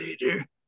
later